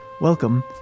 Welcome